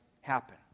happen